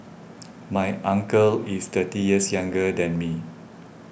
my uncle is thirty years younger than me